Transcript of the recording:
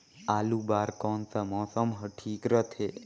आलू बार कौन सा मौसम ह ठीक रथे?